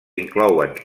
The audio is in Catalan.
inclouen